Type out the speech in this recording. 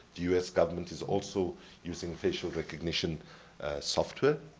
the u s. government is also using facial recognition software.